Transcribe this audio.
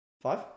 Five